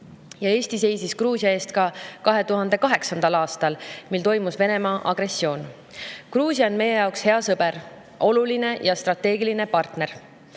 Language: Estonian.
Ja Eesti seisis Gruusia eest ka 2008. aastal, mil toimus Venemaa agressioon. Gruusia on meie hea sõber, oluline ja strateegiline partner.